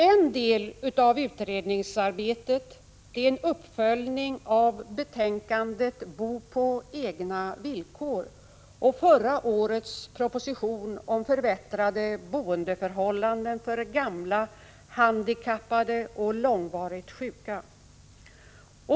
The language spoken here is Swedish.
En del av utredningsarbetet är en uppföljning av betänkandet Bo på egna villkor och förra årets proposition om förbättrade boendeförhållanden för gamla, handikappade och långvarigt sjuka.